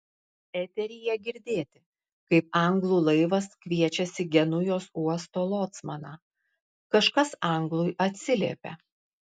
eteryje girdėti kaip anglų laivas kviečiasi genujos uosto locmaną kažkas anglui atsiliepia